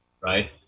right